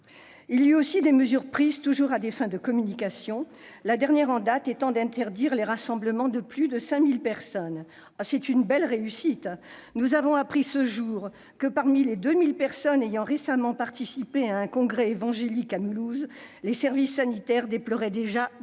Il y a eu aussi des mesures prises, toujours à des fins de communication, la dernière en date étant d'interdire les rassemblements de plus de 5 000 personnes. Belle réussite ! Nous avons appris ce jour que, parmi les 2 000 personnes ayant récemment participé à un congrès évangélique à Mulhouse, les services sanitaires déploraient déjà dix nouveaux